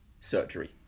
surgery